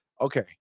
okay